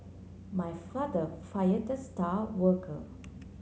my father fire the star worker